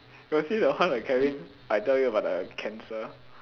you got see the one when Kevin I tell you about the cancer